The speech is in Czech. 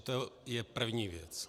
To je první věc.